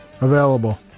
Available